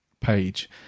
page